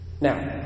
Now